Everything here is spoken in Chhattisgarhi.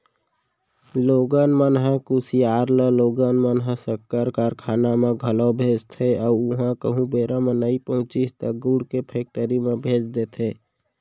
लोगन मन ह कुसियार ल लोगन मन ह सक्कर कारखाना म घलौ भेजथे अउ उहॉं कहूँ बेरा म नइ पहुँचिस त गुड़ के फेक्टरी म भेज देथे